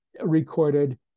recorded